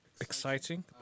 Exciting